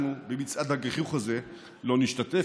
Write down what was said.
אנחנו במצעד הגיחוך הזה לא נשתתף,